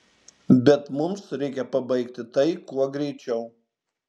bet mums reikia pabaigti tai kuo greičiau